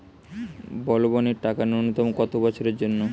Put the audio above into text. বলবনের টাকা ন্যূনতম কত বছরের জন্য?